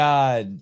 God